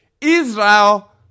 Israel